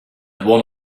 one